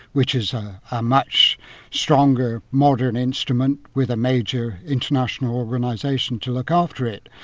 which is a much stronger modern instrument with a major international organisation to look after it.